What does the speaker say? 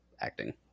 acting